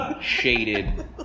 shaded